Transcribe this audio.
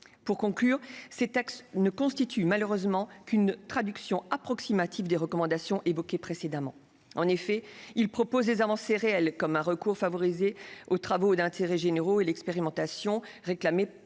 Pour conclure, ces textes ne constituent malheureusement qu'une traduction approximative des recommandations évoquées précédemment. En effet, s'ils comportent des avancées réelles, comme le recours accru aux travaux d'intérêt général et l'expérimentation, réclamée de longue date